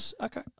Okay